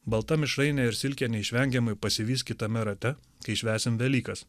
balta mišrainė ir silkė neišvengiamai pasivys kitame rate kai švęsim velykas